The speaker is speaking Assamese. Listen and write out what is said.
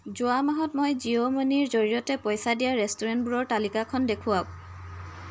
যোৱা মাহত মই জিঅ' মানিৰ জৰিয়তে পইচা দিয়া ৰেষ্টুৰেণ্টবোৰৰ তালিকাখন দেখুৱাওক